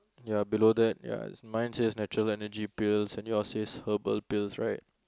ya below that ya mine says natural Energy Pills and yours says herbal pills right